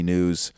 News